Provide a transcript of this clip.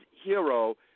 hero